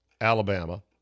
Alabama